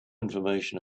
information